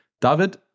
David